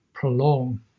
prolong